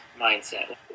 mindset